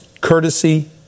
courtesy